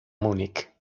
múnich